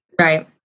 Right